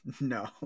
No